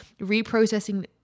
reprocessing